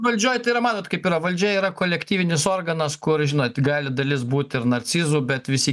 valdžioj tai yra matot kaip yra valdžia yra kolektyvinis organas kur žinot gali dalis būt ir narcizų bet visi